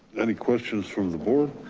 any questions from the board?